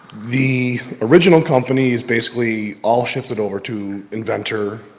the original companies basically all shifted over to inventor,